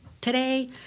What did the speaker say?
today